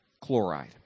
chloride